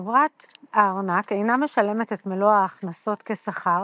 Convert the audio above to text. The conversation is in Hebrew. חברת הארנק אינה משלמת את מלוא ההכנסות כשכר,